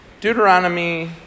Deuteronomy